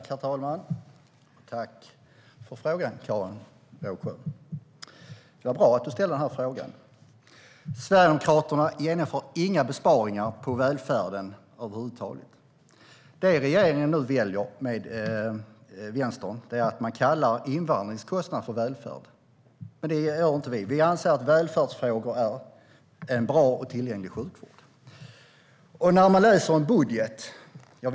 Herr talman! Jag tackar Karin Rågsjö för frågan. Det var bra att du ställde denna fråga. Sverigedemokraterna föreslår inga besparingar över huvud taget på välfärden. Det som regeringen nu tillsammans med Vänstern väljer att göra är att kalla kostnader för invandring för kostnader för välfärd. Men det gör inte vi. Vi anser att välfärdsfrågor handlar om en bra och tillgänglig sjukvård. Jag visste att frågan skulle komma.